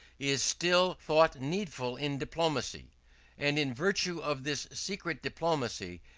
is still thought needful in diplomacy and in virtue of this secret diplomacy,